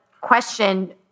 question